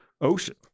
Ocean